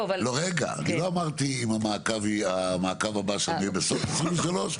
לא אמרתי האם המעקב הבא יהיה בסוף 2023,